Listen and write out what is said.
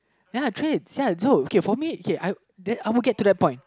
ya I tried okay for me okay I would get to the point